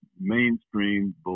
mainstream